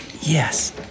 Yes